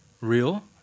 real